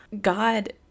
God